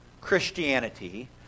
Christianity